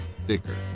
thicker